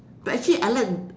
but actually I like